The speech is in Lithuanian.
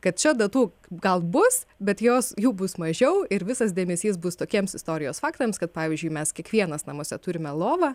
kad čia datų gal bus bet jos jų bus mažiau ir visas dėmesys bus tokiems istorijos faktams kad pavyzdžiui mes kiekvienas namuose turime lovą